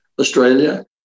Australia